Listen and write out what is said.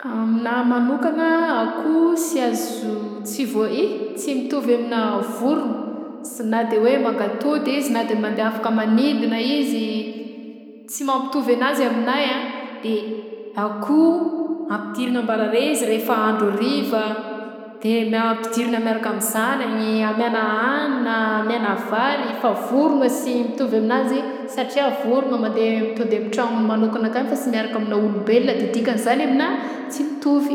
Aminah manokana akoho sy azo tsy vao- i- sy mitovy aminah vorona s- na de hoe mangatody izy na de mandeha afak manidina izy tsy mampitovy anazy aminahy a de akoho ampidirina ambarare izy rehefa andro ariva de mia- ampidirina miaraka amin'ny zanany amiagna hanina amiagna vary fa vorona sy mitovy aminanjy satria vorona mandeha mi to de am tragnony manokana akany fa sy miaraka amin'ny olombelona de dikan'izany aminah tsy mitovy.